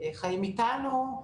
חיים איתנו,